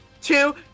Two